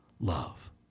love